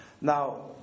now